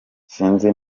sinzi